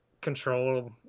control